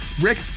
Rick